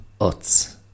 Utz